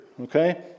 okay